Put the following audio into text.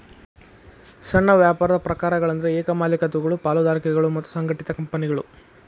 ಸಣ್ಣ ವ್ಯಾಪಾರದ ಪ್ರಕಾರಗಳಂದ್ರ ಏಕ ಮಾಲೇಕತ್ವಗಳು ಪಾಲುದಾರಿಕೆಗಳು ಮತ್ತ ಸಂಘಟಿತ ಕಂಪನಿಗಳು